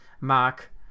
mark